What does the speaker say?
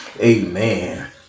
Amen